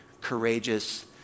courageous